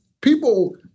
people